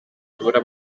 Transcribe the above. duhura